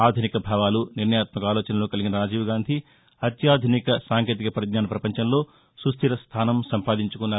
ఆధునిక భావాలు నిర్ణయాత్యక ఆలోచనలు కలిగిన రాజీవ్గాంధీ అత్యాధునిక సాంకేతిక పరిజ్ఞాన ప్రపంచంలో సుస్థిర స్థానం సంపాదించుకున్నారు